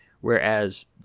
whereas